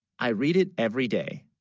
i read it every, day